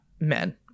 men